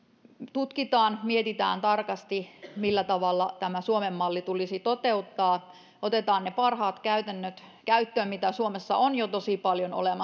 tutkitaan mietitään tarkasti millä tavalla tämä suomen malli tulisi toteuttaa otetaan ne parhaat käytännöt käyttöön mitä suomessa on jo tosi paljon olemassa